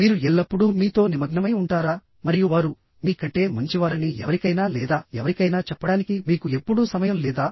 మీరు ఎల్లప్పుడూ మీతో నిమగ్నమై ఉంటారా మరియు వారు మీ కంటే మంచివారని ఎవరికైనా లేదా ఎవరికైనా చెప్పడానికి మీకు ఎప్పుడూ సమయం లేదా